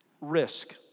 Risk